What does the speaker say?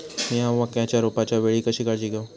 मीया मक्याच्या रोपाच्या वेळी कशी काळजी घेव?